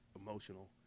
emotional